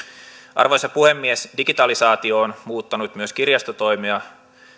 arvoisa puhemies digitalisaatio on muuttanut myös kirjastotoimea